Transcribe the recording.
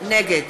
נגד